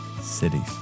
cities